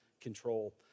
control